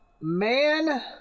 Man